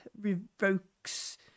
revokes